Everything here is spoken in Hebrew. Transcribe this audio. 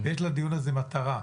יש לדיון הזה מטרה.